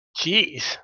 Jeez